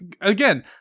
Again